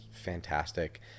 fantastic